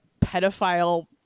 pedophile